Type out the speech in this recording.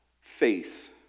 face